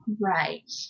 Right